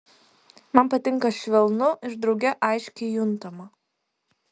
man patinka švelnu ir drauge aiškiai juntama